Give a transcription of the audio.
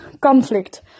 conflict